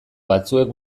batzuek